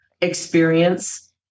experience